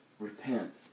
Repent